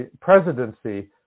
presidency